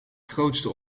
grootste